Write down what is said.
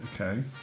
Okay